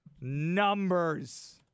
numbers